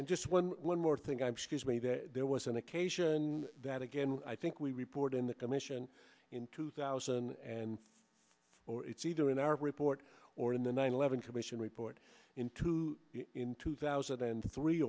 and just one more thing i'm scares me that there was an occasion that again i think we report in the commission in two thousand and four it's either in our report or in the nine eleven commission report into in two thousand and three